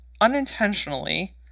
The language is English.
unintentionally